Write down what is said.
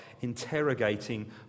interrogating